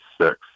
six